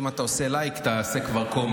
אם אתה עושה לייק תעשה כבר comment.